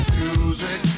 music